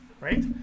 right